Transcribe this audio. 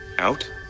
out